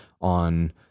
on